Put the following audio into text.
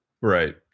Right